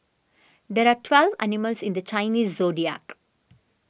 there are twelve animals in the Chinese zodiac